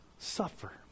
suffer